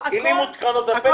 הלאימו את קרנות הפנסיה.